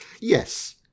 Yes